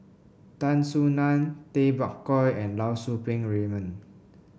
Tan Soo Nan Tay Bak Koi and Lau Poo Seng Raymond